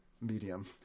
medium